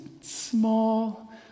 small